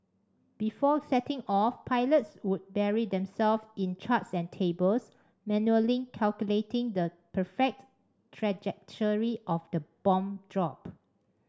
before setting off pilots would bury themselves in charts and tables manually calculating the perfect trajectory of the bomb drop